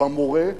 במורה,